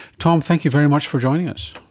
tom, thank you very much for joining us.